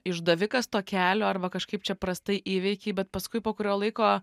išdavikas to kelio arba kažkaip čia prastai įveikei bet paskui po kurio laiko